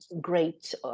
great